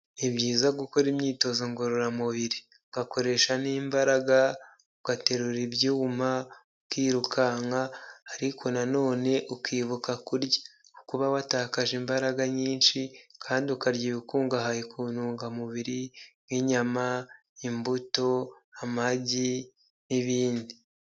Ni byiza gukora imyitozo ngororamubiri. Ugakakoresha n'imbaraga, ugaterura ibyuma ukirukanka ariko nonene ukibuka kurya. Kukoba watakaje imbaraga nyinshi. Kandi ukarya ibikungahaye ku ntungamubiri nk'inyama, imbuto, amagi, n'ibindi.